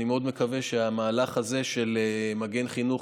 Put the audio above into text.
אני מאוד מקווה שהמהלך הזה של "מגן חינוך"